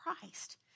Christ